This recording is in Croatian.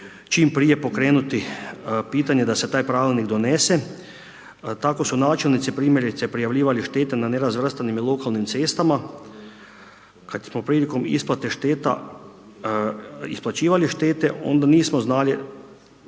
čim prije pokrenuti pitanje da se taj pravilnik donese. Tako su načelnici primjerice prijavljivali štete na nerazvrstanim i lokalnim cestama, kad smo prilikom isplate šteta isplaćivali štete onda nismo znali